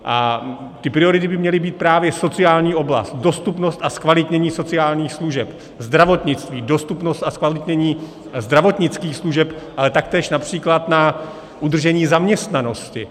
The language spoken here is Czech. A ty priority by měly být právě sociální oblast, dostupnost a zkvalitnění sociálních služeb, zdravotnictví, dostupnost a zkvalitnění zdravotnických služeb, ale taktéž například na udržení zaměstnanosti.